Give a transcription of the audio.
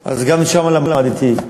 אז גם משם למדתי,